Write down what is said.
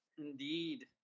indeed